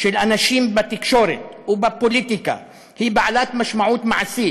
של אנשים בתקשורת ובפוליטיקה היא בעלת משמעות מעשית.